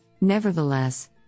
Nevertheless